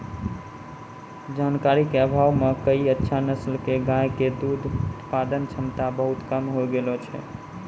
जानकारी के अभाव मॅ कई अच्छा नस्ल के गाय के दूध उत्पादन क्षमता बहुत कम होय गेलो छै